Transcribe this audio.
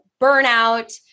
burnout